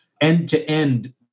End-to-end